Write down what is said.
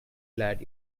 lad